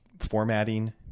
Formatting